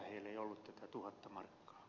heillä ei ollut tätä tuhatta markkaa